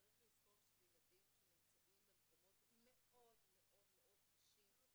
צריך לזכור שאלה ילדים שנמצאים במקומות מאוד מאוד מאוד קשים,